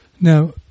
Now